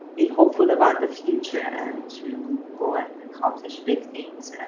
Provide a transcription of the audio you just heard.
be hopeful about the future and to go and accomplish big things. and